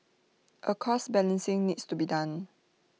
A cost balancing needs to be done